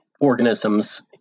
organisms